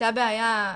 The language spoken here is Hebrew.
הייתה בעיה,